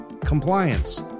compliance